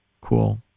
Cool